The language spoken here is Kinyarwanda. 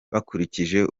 bakurikije